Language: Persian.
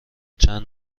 چند